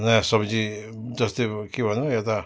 नयाँ सब्जी जस्तै अब के भन्छ यता